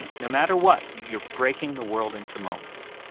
and no matter what, you're breaking the world into moments.